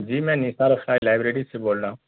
جی میں نثار اختر لائیبریری سے بول رہا ہوں